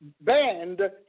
banned